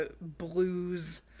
blues